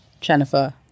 Jennifer